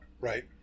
Right